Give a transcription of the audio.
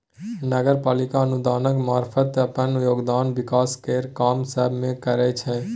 नगर पालिका अनुदानक मारफत अप्पन योगदान विकास केर काम सब मे करइ छै